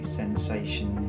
sensation